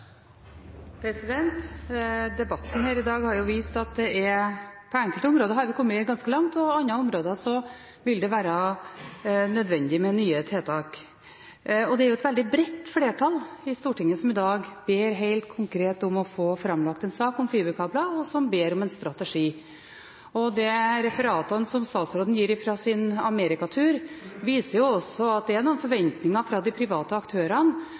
Debatten her i dag har vist at på enkelte områder har vi kommet ganske langt, og på andre områder vil det være nødvendig med nye tiltak. Det er et veldig bredt flertall på Stortinget som i dag ber helt konkret om å få framlagt en sak om fiberkabler, og som ber om en strategi. De referatene som statsråden gir fra sin Amerika-tur, viser også at det er noen forventninger fra de private aktørene